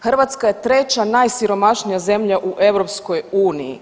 Hrvatska je treća najsiromašnija zemlja u EU.